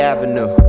Avenue